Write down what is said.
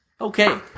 Okay